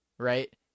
right